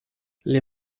les